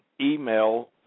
email